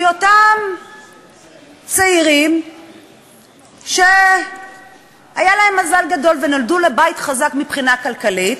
כי אותם צעירים שהיה להם מזל גדול והם נולדו לבית חזק מבחינה כלכלית,